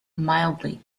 mildly